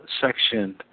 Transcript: section